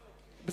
לא, לא.